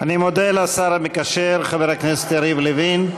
אני מודה לשר המקשר חבר הכנסת יריב לוין.